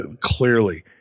clearly